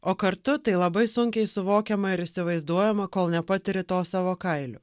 o kartu tai labai sunkiai suvokiama ir įsivaizduojama kol nepatiri to savo kailiu